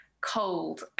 cold